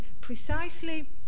precisely